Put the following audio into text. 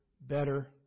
better